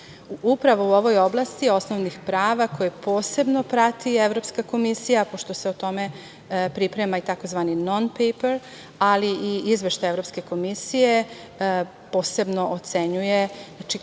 Upravo u ovoj oblasti osnovnih prava koje posebno prati Evropska komisija, pošto se o tome priprema i tzv. „non-paper“, ali i izveštaj Evropske komisije posebno ocenjuje, znači,